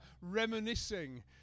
reminiscing